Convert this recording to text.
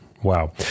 Wow